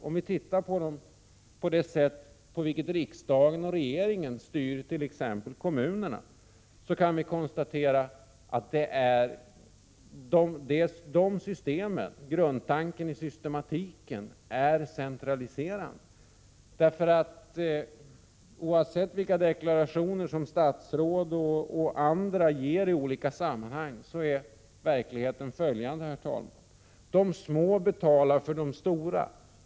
Om vi tittar på det sätt på vilket riksdag och regering styr t.ex. kommunerna, kan vi konstatera att grundtanken i systematiken är centraliserande. Oavsett vilka deklarationer som statsråd och andra gör i olika sammanhang är verkligheten följande, herr talman. De små betalar för de stora.